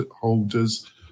holders